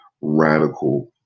radical